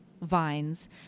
vines